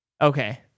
Okay